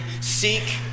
Seek